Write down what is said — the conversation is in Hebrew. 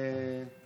אין מה לדבר.